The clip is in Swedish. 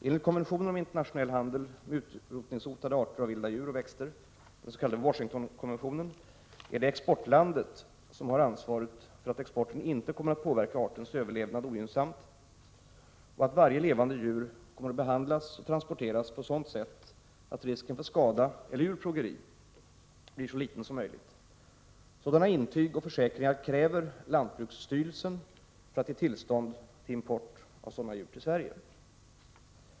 Enligt konventionen om internationell handel med utrotningshotade arter av vilda djur och växter, den s.k. Washingtonkonventionen, är det exportlandet som har ansvaret för att exporten inte kommer att påverka artens överlevnad ogynnsamt och att varje levande djur kommer att behandlas och transporteras på sådant sätt att risken för skada eller djurplågeri blir så liten som möjligt. Sådana intyg och försäkringar kräver lantbruksstyrelsen för att ge tillstånd till import av sådana djur till Sverige.